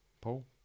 Paul